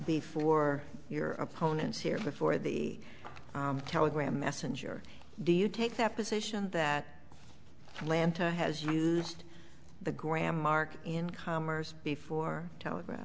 before your opponents here before the telegram messenger do you take that position that land has used the graham mark in commerce before telegraph